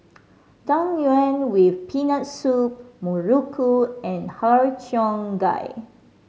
Tang Yuen with Peanut Soup muruku and Har Cheong Gai